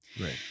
Right